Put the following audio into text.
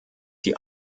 die